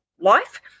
life